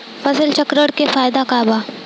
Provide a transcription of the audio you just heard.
फसल चक्रण के फायदा का बा?